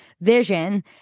vision